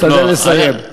תשתדל לסיים.